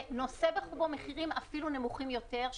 שנושא בחובו אפילו מחירים נמוכים יותר,